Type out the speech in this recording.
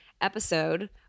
episode